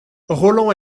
roland